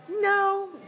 No